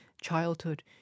childhood